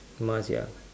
mask ya